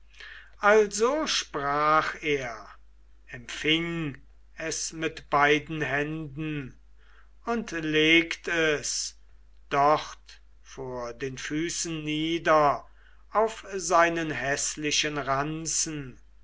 also sprach er empfing es mit beiden händen und legt es dort vor den füßen nieder auf seinen häßlichen ranzen